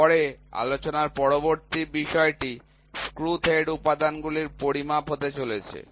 তারপরে আলোচনার পরবর্তী বিষয়টি স্ক্রু থ্রেড উপাদানগুলির পরিমাপ হতে চলেছে